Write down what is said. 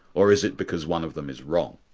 or is it because one of them is wrong?